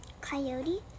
coyote